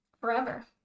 forever